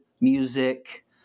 music